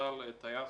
טיס